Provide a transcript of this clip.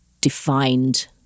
defined